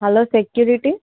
hello security